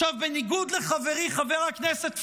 בניגוד לחברי חבר הכנסת פורר,